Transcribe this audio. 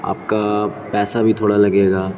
آپ کا پیسہ بھی تھوڑا لگے گا